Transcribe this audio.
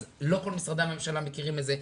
אז לא כל משרדי הממשלה מכירים את זה,